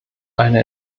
eine